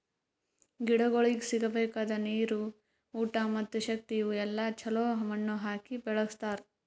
ಗಿಡಗೊಳಿಗ್ ಸಿಗಬೇಕಾದ ನೀರು, ಊಟ ಮತ್ತ ಶಕ್ತಿ ಇವು ಎಲ್ಲಾ ಛಲೋ ಮಣ್ಣು ಹಾಕಿ ಬೆಳಸ್ತಾರ್